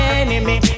enemy